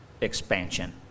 expansion